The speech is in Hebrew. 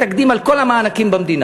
זה יהיה תקדים על כל המענקים במדינה,